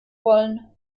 wollen